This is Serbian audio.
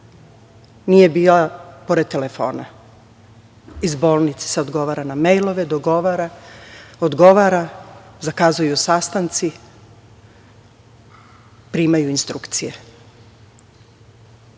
nije bila pored telefona. Iz bolnice se odgovara na mejlove, dogovara, odgovara, zakazuju sastanci, primaju instrukcije.